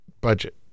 budget